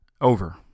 over